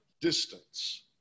distance